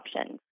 options